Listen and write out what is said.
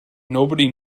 nobody